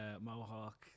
mohawk